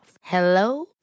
Hello